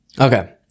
Okay